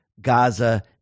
Gaza